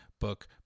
book